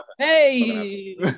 Hey